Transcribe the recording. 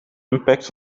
impact